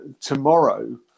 tomorrow